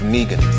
Negan